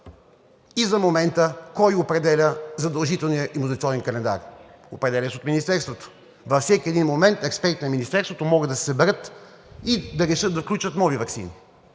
и за момента кой определя задължителния имунизационен календар? Определя се от Министерството. Във всеки един момент експерти на Министерството могат да се съберат и да решат да включат нови ваксини.